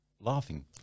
laughing